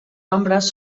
ombres